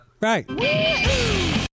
Right